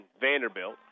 Vanderbilt